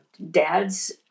Dads